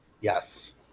Yes